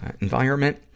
environment